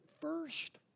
first